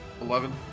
eleven